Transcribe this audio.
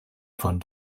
von